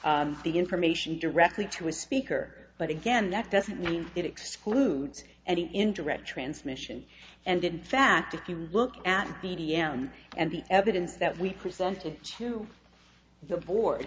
the information directly to a speaker but again that doesn't mean it excludes any indirect transmission and in fact if you look at the d m and the evidence that we presented to the board